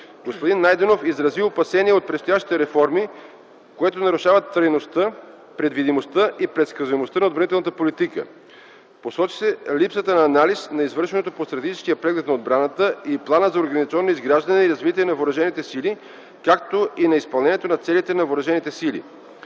Господин Найденов изрази опасения от предстоящите реформи, които нарушават трайността, предвидимостта и предсказуемостта на отбранителната политика. Посочи се липсата на анализ на извършеното по Стратегическия преглед на отбраната и Плана за организационно изграждане и развитие на въоръжените сили, както и на изпълнението на целите на въоръжените сили.